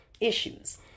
issues